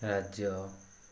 ରାଜ୍ୟ